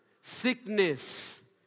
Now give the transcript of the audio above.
sickness